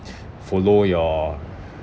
follow your